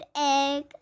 egg